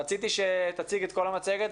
רציתי שתציג את כל המצגת,